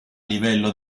livello